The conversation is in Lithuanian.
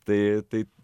tai taip